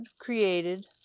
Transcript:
created